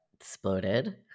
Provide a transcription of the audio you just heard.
exploded